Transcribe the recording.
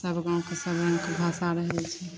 सब गाँवके सब रङ्गके भाषा रहैत छै